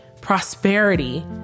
prosperity